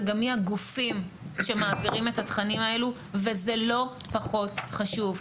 זה גם מי הגופים שמעבירים את התכנים האלו וזה לא פחות חשוב,